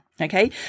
Okay